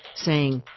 saying,